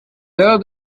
dedos